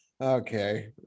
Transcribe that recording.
okay